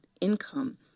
income